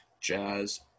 Jazz